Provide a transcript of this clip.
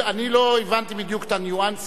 לא הבנתי בדיוק את הניואנסים,